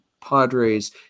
Padres